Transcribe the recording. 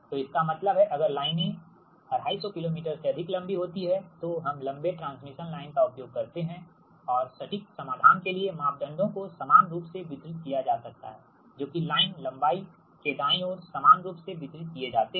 तो इसका मतलब हैअगर लाइनें 250 किलोमीटर से अधिक लंबी होती हैं तो हम लंबे ट्रांसमिशन लाइन का उपयोग करते हैंऔर सटीक समाधान के लिए मापदंडों को समान रूप से वितरित किया जा सकता है जो कि लाइन लंबाई के दाईं ओर समान रूप से वितरित किए जाते हैं